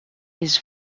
his